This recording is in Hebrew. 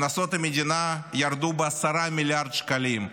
הכנסות המדינה ירדו ב-10 מיליארד שקלים,